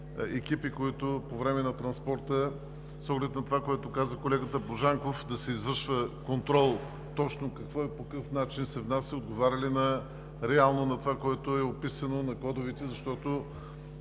екипи по време на транспорта с оглед на това, което каза колегата Божанков – да се извършва контрол какво и по какъв начин се внася, отговаря ли реално на това, което е описано на кодовете? Както